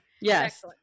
Yes